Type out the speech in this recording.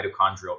mitochondrial